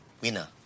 Winner